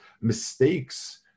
mistakes